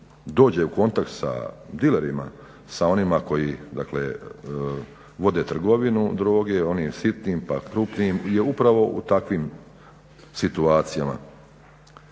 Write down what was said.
dođe u kontakt sa dilerima, sa onima koji dakle vode trgovinu droge, onim sitnim pa krupnim je upravo u takvim situacijama.